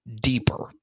deeper